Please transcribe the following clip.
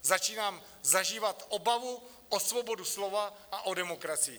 Začínám zažívat obavu o svobodu slova a o demokracii.